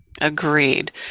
Agreed